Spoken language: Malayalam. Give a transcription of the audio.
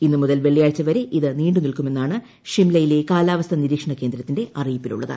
ഇന്ന് മുതൽ വെള്ളിയാഴ്ച വരെ ഇത് നീ ു നിൽക്കുമെന്നാണ് ഷിംലയിലെ കാലാവസ്ഥാ നിരീക്ഷണ കേന്ദ്രത്തിന്റെ അറിയിപ്പിലുള്ളത്